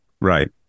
Right